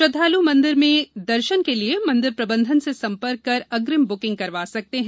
श्रद्वालू मंदिर में दर्शन के लिये मंदिर प्रबंधन से सम्पर्क कर अग्रिम बुकिंग करवा सकते हैं